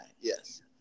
Yes